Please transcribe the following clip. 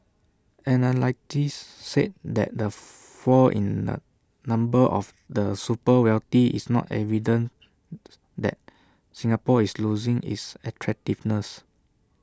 analysts said that the fall in the number of the super wealthy is not evidence that Singapore is losing its attractiveness